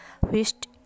wished